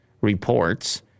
reports